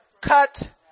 cut